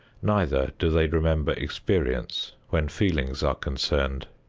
neither do they remember experience when feelings are concerned.